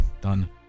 done